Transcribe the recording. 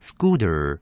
Scooter